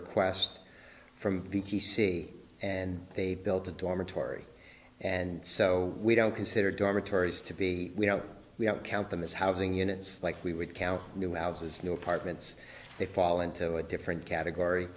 request from p t c and they built a dormitory and so we don't consider dormitories to be we don't we don't count them as housing units like we would count new houses new apartments they fall into a different category